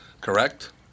Correct